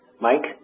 Mike